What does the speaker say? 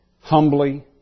humbly